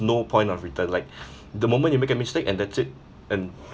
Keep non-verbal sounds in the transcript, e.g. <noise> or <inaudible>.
no point of return like <breath> the moment you make a mistake and that's it and